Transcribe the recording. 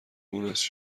مونس